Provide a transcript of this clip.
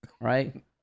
right